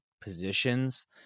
positions